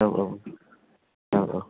औ औ औ औ